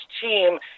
team